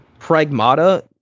Pragmata